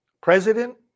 President